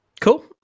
Cool